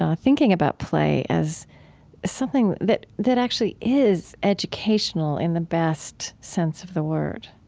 um thinking about play as something that that actually is educational in the best sense of the word